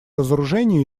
разоружению